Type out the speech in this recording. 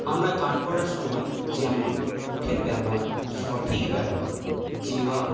আমরা গান করার সময় যেমন মুখের ব্যবহার সঠিক ব্যবহার জিহ্বা